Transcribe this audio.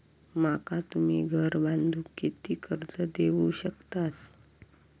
माका तुम्ही घर बांधूक किती कर्ज देवू शकतास?